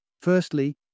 Firstly